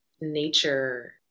nature